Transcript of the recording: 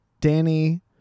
Danny